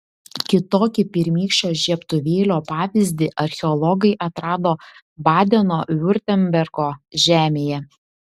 kitokį pirmykščio žiebtuvėlio pavyzdį archeologai atrado badeno viurtembergo žemėje